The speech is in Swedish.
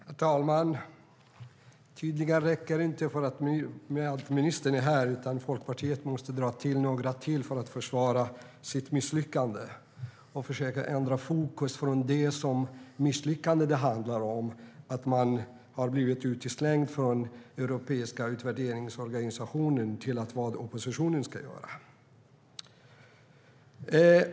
Herr talman! Tydligen räcker det inte att ministern är här. Folkpartiet måste dra in några till för att försvara sitt misslyckande och försöka ändra fokus från det som misslyckandet handlar om - att man har blivit utslängd från den europeiska utvärderingsorganisationen - till vad oppositionen ska göra.